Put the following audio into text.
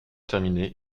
terminés